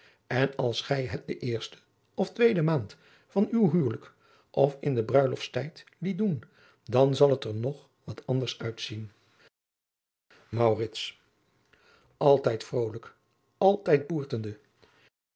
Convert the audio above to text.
en als gij het de eerste of tweede maand van uw huwelijk of in den bruiloftstijd liet doen dan zal het er nog wat anders uitzien maurits altijd vrolijk altijd boertende